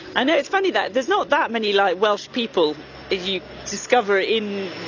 i know, it's funny that there's not that many like welsh people if you discover in